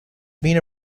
been